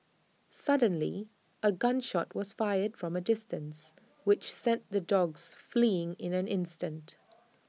suddenly A gun shot was fired from A distance which sent the dogs fleeing in an instant